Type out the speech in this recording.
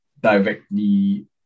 directly